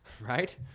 right